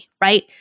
right